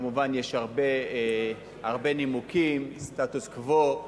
מובן שיש הרבה נימוקים, סטטוס קוו,